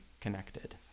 connected